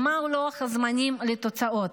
מה לוח הזמנים לתוצאות?